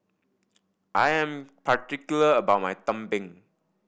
I am particular about my tumpeng